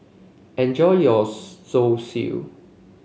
enjoy your Zosui